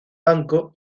banco